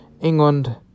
England